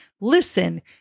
listen